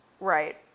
Right